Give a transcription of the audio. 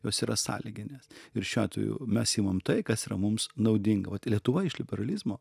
jos yra sąlyginės ir šiuo atveju mes imam tai kas yra mums naudinga vat lietuva iš liberalizmo